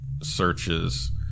searches